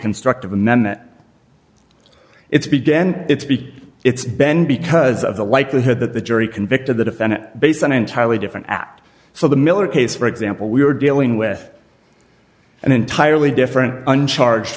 constructive amendment it's began it's b it's ben because of the likelihood that the jury convicted the defendant based on entirely different app so the miller case for example we were dealing with an entirely different uncharged